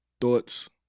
thoughts